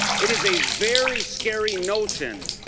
it is a very scary notion